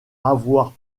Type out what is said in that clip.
avoir